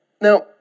Now